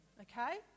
okay